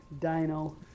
Dino